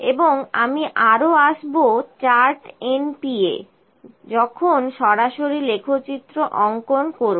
এবং আমি আরো আসবো চার্ট np এ যখন সরাসরি লেখচিত্র অঙ্কন করব